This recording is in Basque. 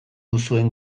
duzuen